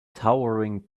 towering